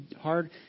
hard